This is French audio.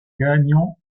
gagnant